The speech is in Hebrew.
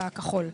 בכחול.